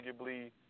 arguably